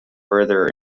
further